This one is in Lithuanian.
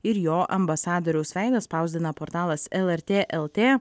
ir jo ambasadoriaus veidą spausdina portalas lrt lt